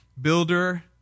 builder